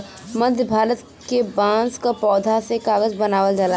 मध्य भारत के बांस क पौधा से कागज बनावल जाला